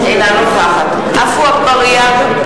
אינה נוכחת עפו אגבאריה,